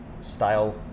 style